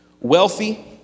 wealthy